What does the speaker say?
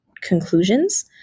conclusions